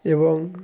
এবং